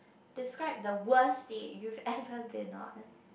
describe the worst date you've ever been on